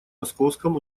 московском